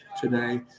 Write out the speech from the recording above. today